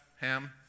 Ham